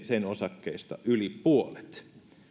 sen osakkeista yli puolet